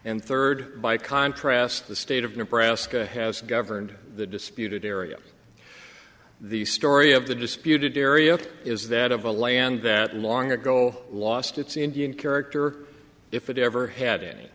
and third by contrast the state of nebraska has governed the disputed area the story of the disputed area is that of a land that long ago lost its indian character if it ever had